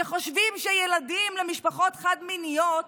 לאלה שחושבים שילדים למשפחות חד-מיניות